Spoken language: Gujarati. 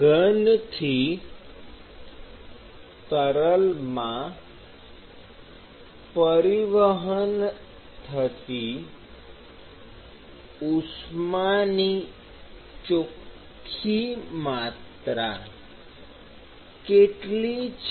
ઘનથી તરલમાં પરિવહન થતી ઉષ્માની ચોખ્ખી માત્રા કેટલી છે